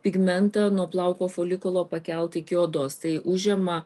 pigmentą nuo plauko folikulo pakelt iki odos tai užima